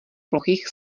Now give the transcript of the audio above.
plochých